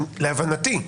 להבנתי.